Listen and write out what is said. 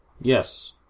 Yes